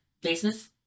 business